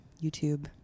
YouTube